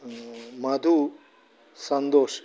Madhu Santhosh